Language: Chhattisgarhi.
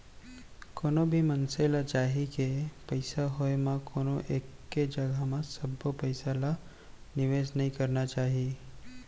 कोनो भी मनसे ल चाही के पइसा होय म कोनो एके जघा म सबो पइसा ल निवेस नइ करना चाही